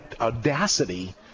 audacity